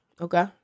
Okay